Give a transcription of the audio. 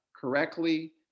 correctly